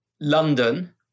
London